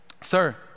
sir